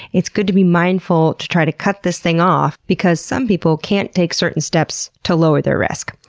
it's good to be mindful to try to cut this thing off because some people can't take certain steps to lower the risk.